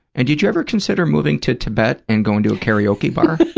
and did you ever consider moving to tibet and going to a karaoke bar?